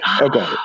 okay